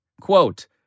quote